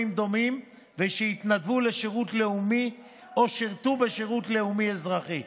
דומים ושהתנדבו לשירות לאומי או שירתו בשירות לאומי אזרחי.